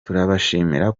turabashimira